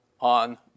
on